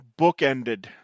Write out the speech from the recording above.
bookended